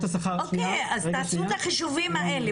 אוקיי, אז תעשו את החישובים האלה.